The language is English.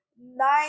nine